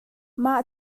mah